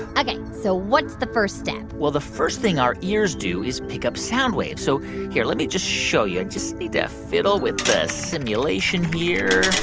ok, so what's the first step? well, the first thing our ears do is pick up sound waves, so here, let me just show you. i just need to fiddle with the simulation here.